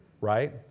Right